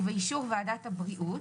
ובאישור ועדת הבריאות,